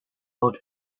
old